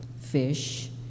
fish